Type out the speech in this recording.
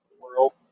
World